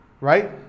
right